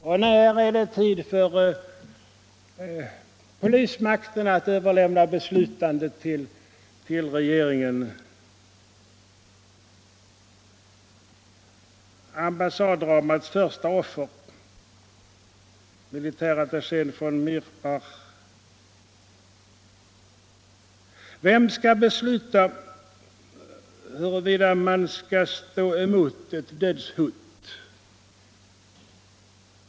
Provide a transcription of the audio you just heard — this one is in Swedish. Och när är det tid för polismakten att överlämna beslutandet till regeringen? Ambassaddramats första offer var militärattachén von Mirbach. Vem skall besluta huruvida man skall stå emot ett dödshot?